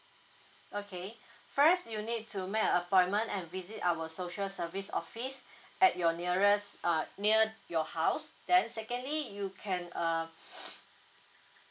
okay first you need to make a appointment and visit our social service office at your nearest uh near your house then secondly you can uh